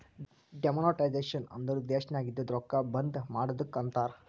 demonetisation ಅಂದುರ್ ದೇಶನಾಗ್ ಇದ್ದಿದು ರೊಕ್ಕಾ ಬಂದ್ ಮಾಡದ್ದುಕ್ ಅಂತಾರ್